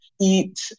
eat